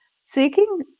seeking